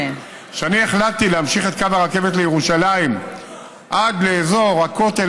כשאני החלטתי להמשיך את קו הרכבת לירושלים עד לאזור הכותל,